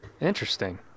Interesting